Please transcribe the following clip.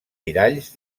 miralls